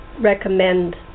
recommend